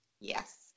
Yes